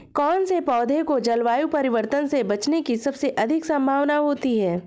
कौन से पौधे को जलवायु परिवर्तन से बचने की सबसे अधिक संभावना होती है?